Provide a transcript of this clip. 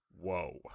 Whoa